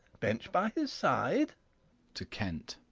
bench by his side to kent.